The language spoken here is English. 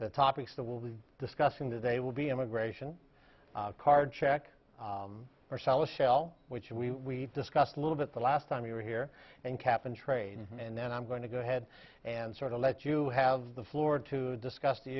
the topics that will be discussing today will be immigration card check or salad shell which we discussed a little bit the last time you were here and cap and trade and then i'm going to go ahead and sort of let you have the floor to discuss the